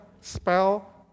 spell